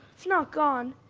it's not gone,